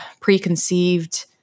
preconceived